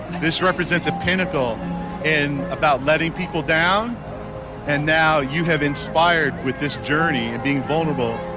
this represents a pinnacle and about letting people down and now you have inspired with this journey and being vulnerable,